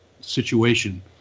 situation